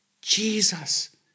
Jesus